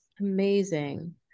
Amazing